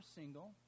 single